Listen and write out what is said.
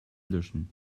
löschen